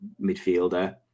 midfielder